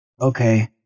Okay